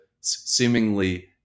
seemingly